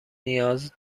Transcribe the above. نیاز